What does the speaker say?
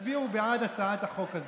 הצביעו בעד הצעת החוק הזו.